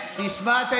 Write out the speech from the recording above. לא